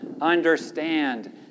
understand